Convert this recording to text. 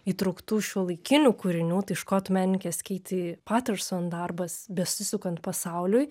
įtrauktų šiuolaikinių kūrinių tai škotų menininkės keiti paterson darbas besisukant pasauliui